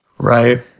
right